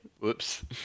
whoops